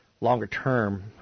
Longer-term